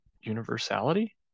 universality